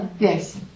Yes